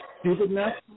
stupidness